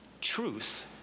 Truth